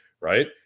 Right